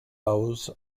bows